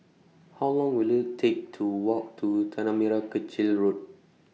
How Long Will IT Take to Walk to Tanah Merah Kechil Road